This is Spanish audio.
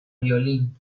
violín